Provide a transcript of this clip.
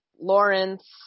Lawrence